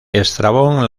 estrabón